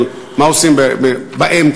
אבל מה עושים באמצע?